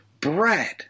bread